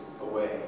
away